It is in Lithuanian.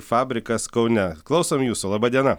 fabrikas kaune klausom jūsų laba diena